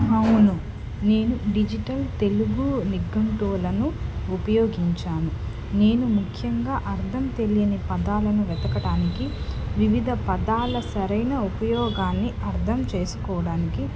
అవును నేను డిజిటల్ తెలుగు నిఘంటువులను ఉపయోగించాను నేను ముఖ్యంగా అర్థం తెలియని పదాలను వెతకడానికి వివిధ పదాల సరైన ఉపయోగాన్ని అర్థం చేసుకోవడానికి